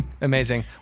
amazing